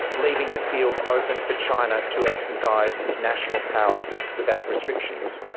leaving the field open for china to exercise its national power without restrictions?